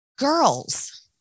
Girls